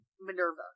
Minerva